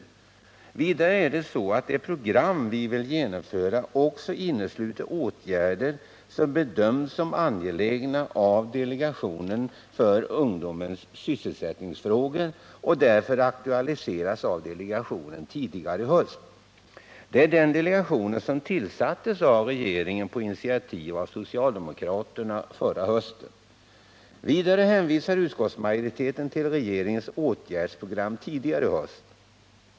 Vidare är det så att det program vi vill genomföra också innesluter åtgärder som bedömts som angelägna av delegationen för ungdomens sysselsättningsfrågor, DELFUS, och därför aktualiserats av delegationen tidigare i höst. Det är den delegation som tillsattes av regeringen på initiativ av socialdemokraterna förra hösten. Vidare hänvisar utskottsmajoriteten till regeringens åtgärdsprogram som presenterades tidigare i höst.